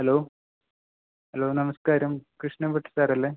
hello hello നമസ്കാരം കൃഷ്ണൻ കുട്ടി സാറല്ലേ